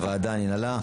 הוועדה ננעלה.